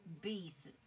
beast